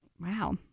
Wow